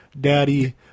Daddy